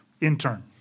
Intern